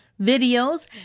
videos